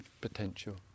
potential